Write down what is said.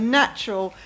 natural